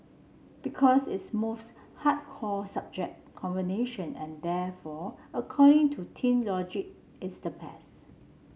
because it's most hardcore subject combination and therefore according to teen logic it's the best